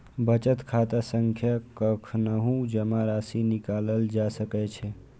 बचत खाता सं कखनहुं जमा राशि निकालल जा सकै छै